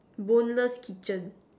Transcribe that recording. Boneless kitchen